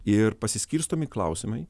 ir pasiskirstomi klausimai